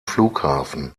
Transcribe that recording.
flughafen